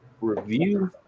review